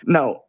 Now